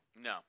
No